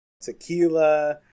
tequila